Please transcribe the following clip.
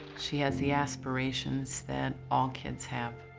she has the aspirations that all kids have.